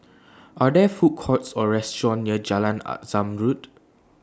Are There Food Courts Or restaurants near Jalan Zamrud